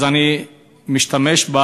אני משתמש בה